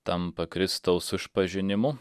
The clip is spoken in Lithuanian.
tampa kristaus išpažinimu